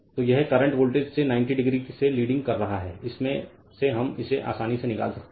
तो यह current voltage से 90 डिग्री से लीडिंग कर रहा है इसमें से हम इसे आसानी से निकाल सकते हैं